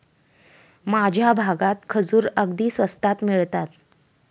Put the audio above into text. माझ्या भागात खजूर अगदी स्वस्तात मिळतात